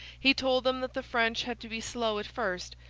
he told them that the french had to be slow at first,